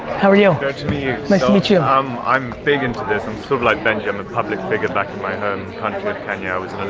how are you? good to meet you. nice to meet you. so um i'm big into this, i'm sort of like benji i'm a public figure back in my home country kenya, i